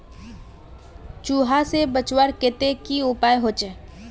चूहा से बचवार केते की उपाय होचे?